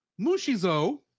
Mushizo